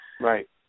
Right